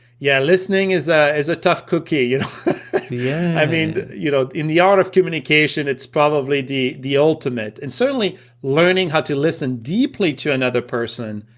yeah, listening is a is a tough cookie yeah yeah i mean you know, in the art of communication it's probably the the ultimate and certainly learning how to listen deeply to another person,